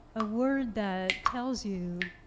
a word that tells you,